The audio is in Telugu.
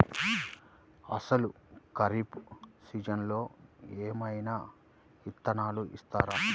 అసలు ఖరీఫ్ సీజన్లో ఏమయినా విత్తనాలు ఇస్తారా?